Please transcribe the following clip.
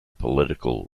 political